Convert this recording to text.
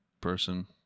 person